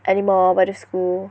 anymore by the school